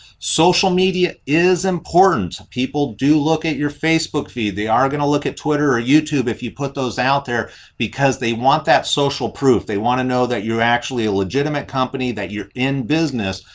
social media is important. people do look at your facebook feed, they are going to look at twitter or youtube if you put those out there because they want that social proof. they want to know that you're actually a legitimate company. that you're in business.